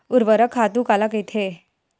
ऊर्वरक खातु काला कहिथे?